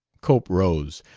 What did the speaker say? cope rose,